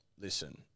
listen